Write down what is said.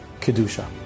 Kedusha